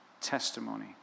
testimony